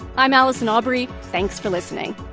i'm allison aubrey. thanks for listening